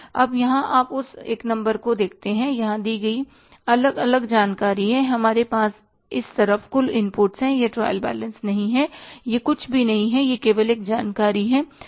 अब यहाँ आप उस नंबर एक को देखते हैं यहाँ दी गई अलग अलग जानकारी है हमारे पास इस तरफ कुल इनपुट्स हैं यह ट्रायल बैलेंस नहीं है यह कुछ भी नहीं है यह केवल एक जानकारी है